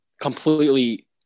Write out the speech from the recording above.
completely